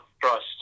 trust